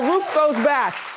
roof goes back,